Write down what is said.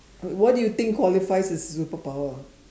what do you think qualifies as superpower